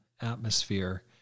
atmosphere